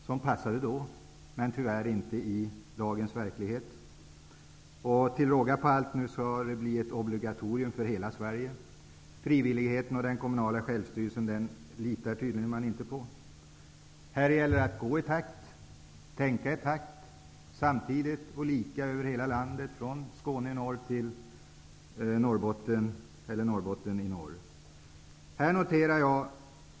Den passade då men tyvärr inte i dagens verklighet. Till råga på allt skall det bli ett obligatorium för hela Sverige. Frivilligheten och den kommunala självstyrelsen litar man tydligen inte på. Här gäller det att gå i takt och tänka i takt -- samtidigt och lika över hela landet, från Skåne i söder till Norrbotten i norr.